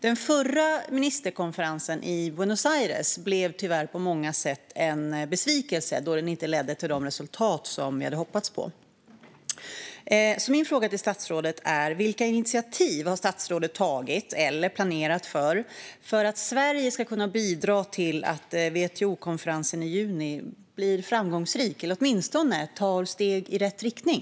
Den förra ministerkonferensen i Buenos Aires blev tyvärr på många sätt en besvikelse, då den inte ledde till de resultat som vi hade hoppats på. Min fråga till statsrådet är: Vilka initiativ har statsrådet tagit - eller planerat för - för att Sverige ska kunna bidra till att WTO-konferensen i juni blir framgångsrik eller åtminstone tar steg i rätt riktning?